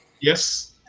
Yes